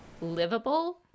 livable